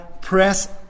press